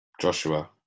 Joshua